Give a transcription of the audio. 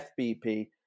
FBP